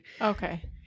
Okay